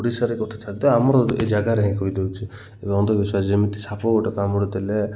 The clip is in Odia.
ଓଡ଼ିଶାରେ ଗୋଟେ ଯାଗା ଆମର ଏଇ ଜାଗାରେ ହିଁ କହିଦଉଚି ଏ ଅନ୍ଧବିଶ୍ୱାସ ଯେମିତି ସାପ ଗୋଟେ କାମୁଡ଼ି ଦେଲେ